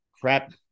crap